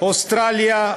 אוסטרליה,